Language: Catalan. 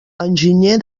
enginyer